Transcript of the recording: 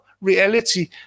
reality